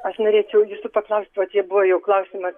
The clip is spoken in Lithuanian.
aš norėčiau jūsų paklausti vat čia buvo jau klausimas